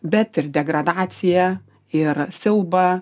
bet ir degradaciją ir siaubą